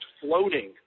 floating